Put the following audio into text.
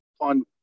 on